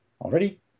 already